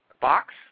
box